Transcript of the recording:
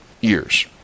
years